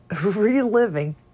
reliving